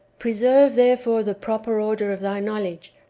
preserve therefore the proper order of thy knowledge,